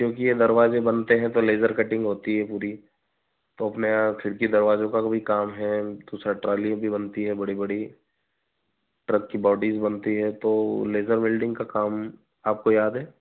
क्योंकि ये दरवाज़े बनते हैं तो लेज़र कटिंग होती है पूरी तो अपने यहाँ खिड़की दरवाज़ों का को भी काम है दूसरा ट्रॉलियाँ भी बनती हैं बड़ी बड़ी ट्रक की बॉडीज़ बनती हैं तो लेज़र वेल्डिंग का काम आपको याद है